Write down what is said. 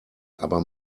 aber